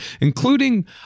including